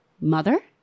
Mother